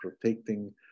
protecting